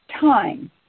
time